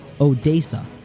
Odessa